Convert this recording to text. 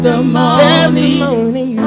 Testimony